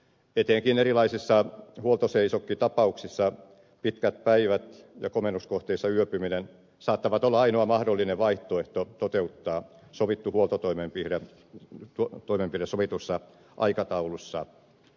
etenkin erilaisissa huoltoseisokkitapauksissa pitkät päivät ja komennuskohteissa yöpyminen saattavat olla ainoa mahdollinen vaihtoehto toteuttaa sovittu huoltotoimenpide sovitussa aikataulussa